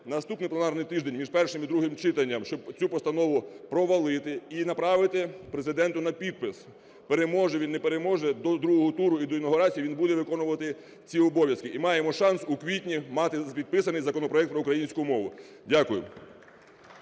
наступний пленарний тиждень між першим і другим читанням, щоб цю постанову провалити і направити Президенту на підпис. Переможе він, не переможе – до другого туру і до інавгурації він буде виконувати ці обов'язки. І маємо шанс у квітні мати підписаний законопроект про українську мову. Дякую.